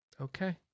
Okay